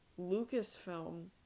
Lucasfilm